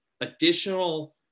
additional